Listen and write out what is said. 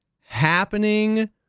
happening